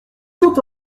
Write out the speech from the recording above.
tout